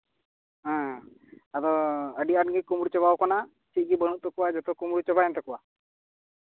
ᱦᱮᱸ ᱟᱫᱚ ᱟᱹᱰᱤ ᱟᱸᱴ ᱜᱮ ᱠᱩᱢᱵᱽᱲᱩ ᱪᱟᱵᱟᱣ ᱠᱟᱱᱟ ᱪᱮᱫ ᱜᱮ ᱵᱟᱹᱱᱩᱜ ᱛᱟᱠᱚᱣᱟ ᱡᱚᱛᱚ ᱠᱩᱢᱵᱽᱲᱩ ᱪᱟᱵᱟᱭᱮᱱ ᱛᱟᱠᱚᱣᱟ